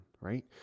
right